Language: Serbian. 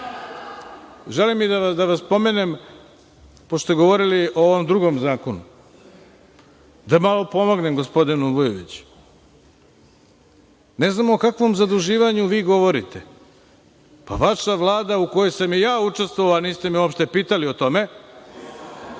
Želim i da spomenem, pošto smo govorili i ovom drugom zakonu, da malo pomognem gospodinu Vujoviću. Ne znam o kakvom zaduživanju vi govorite. Vaša Vlada u kojoj sam i ja učestvovao, niste me uopšte pitali o tome.